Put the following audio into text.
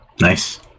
Nice